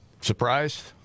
surprised